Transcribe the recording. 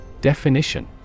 Definition